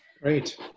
Great